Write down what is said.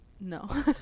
no